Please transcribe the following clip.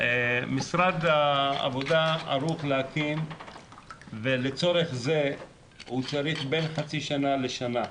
משרד העבודה ערוך להקים ולצורך זה הוא צריך בין חצי שנה לשנה,